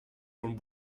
von